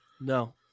no